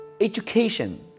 education